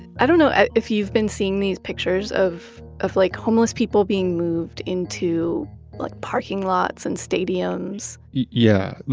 i don't know if you've been seeing these pictures of of like homeless people being moved into like parking lots and stadiums? yeah,